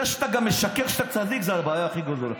זה שאתה גם משקר שאתה צדיק, זו הבעיה הכי גדולה.